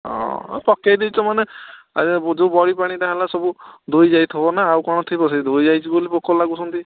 ହଁ ପକାଇ ଦେଇଛ ମାନେ ଏ ଯେଉଁ ବଢ଼ି ପାଣିଟା ହେଲା ସବୁ ଧୋଇ ଯାଇଥିବ ନା ଆଉ କ'ଣ ଥିବ ସେ ଧୋଇ ଯାଇଛି ବୋଲି ପୋକ ଲାଗୁଛନ୍ତି